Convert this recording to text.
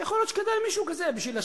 יכול להיות שכדאי שיהיה למישהו כזה להשקיע,